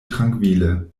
trankvile